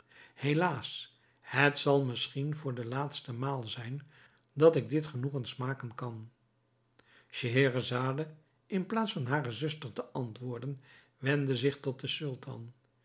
helaas het zal misschien voor de laatste maal zijn dat ik dit genoegen smaken kan scheherazade in plaats van hare zuster te antwoorden wendde zich tot den sultan